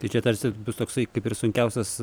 tai čia tarsi bus toksai kaip ir sunkiausias